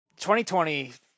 2020